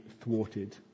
thwarted